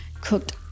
cooked